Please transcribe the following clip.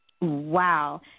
Wow